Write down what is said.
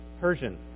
Persian